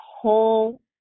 whole